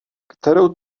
kterou